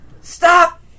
Stop